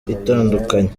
itandukanye